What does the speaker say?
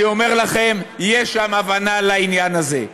אני אומר לכם, יש שם הבנה לעניין הזה.